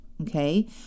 Okay